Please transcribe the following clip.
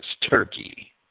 Turkey